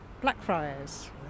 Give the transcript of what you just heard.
Blackfriars